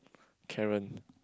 Karen